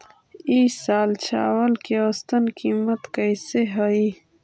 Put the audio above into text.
ई साल चावल के औसतन कीमत कैसे हई?